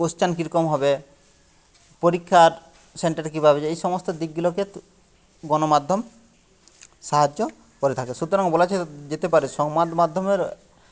question কি রকম হবে পরীক্ষার সেন্টার কীভাবে যাবে এই সমস্ত দিকগুলোকে গণমাধ্যম সাহায্য করে থাকে সুতরাং বলা যেতে পারে সংবাদ মাধ্যমের